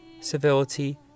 civility